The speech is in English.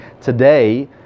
today